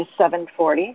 7.40